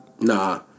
Nah